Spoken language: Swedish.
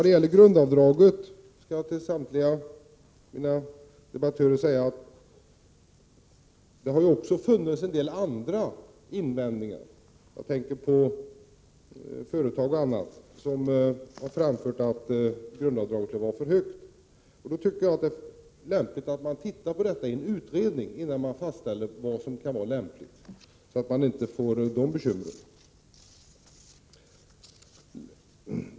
I vad gäller grundavdraget vill jag till samtliga mina meddebattörer säga att det också har framförts invändningar, bl.a. från företag, innebärande att grundavdraget skulle vara för högt. Jag tycker att det är lämpligt att den frågan studeras i en utredning innan man fastställer vad som är lämpligt, så att man inte får bekymmer av sådant slag.